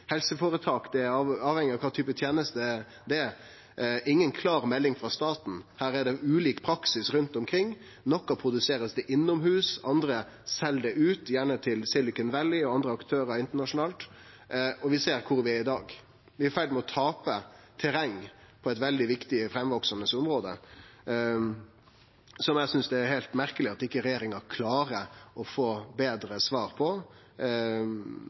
sikksakk avhengig av kva føretak det er, og kva type teneste det er – inga klar melding frå staten. Her er det ulik praksis rundt omkring. Noko blir produsert innomhus, andre sel det ut, gjerne til Silicon Valley og andre aktørar internasjonalt. Og vi ser kvar vi er i dag. Vi er i ferd med å tape terreng på eit veldig viktig, framveksande område, noko eg synest er heilt merkeleg at regjeringa ikkje klarer å finne betre svar på